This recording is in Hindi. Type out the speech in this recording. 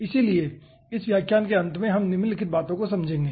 इसलिए इस व्याख्यान के अंत में हम निम्नलिखित बातों को समझेंगे